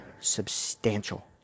substantial